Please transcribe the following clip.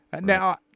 Now